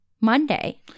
Monday